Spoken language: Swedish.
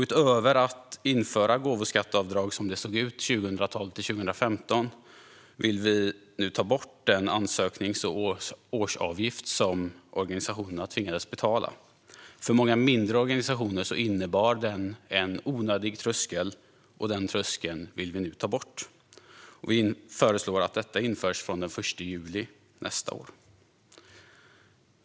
Utöver att införa gåvoskatteavdrag så som det såg ut 2012-2015 vill vi ta bort den ansöknings och årsavgift som organisationerna tvingades betala. För många mindre organisationer innebar den en onödig tröskel, och den tröskeln vill vi nu ta bort. Vi föreslår att detta införs från den 1 juli nästa år.